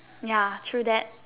ya true that